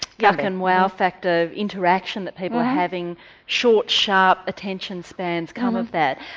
yuk and wow factor interaction that people are having short sharp attention spans come of that.